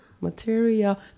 Material